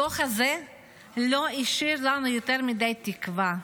הדו"ח הזה לא השאיר לנו יותר מדי תקווה.